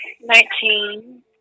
Nineteen